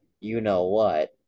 you-know-what